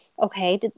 okay